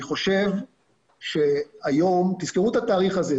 אני חושב שהיום תזכרו את התאריך הזה,